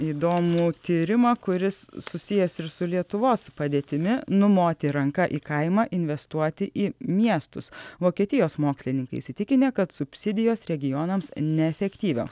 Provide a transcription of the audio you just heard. įdomų tyrimą kuris susijęs ir su lietuvos padėtimi numoti ranka į kaimą investuoti į miestus vokietijos mokslininkai įsitikinę kad subsidijos regionams neefektyvios